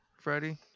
Freddie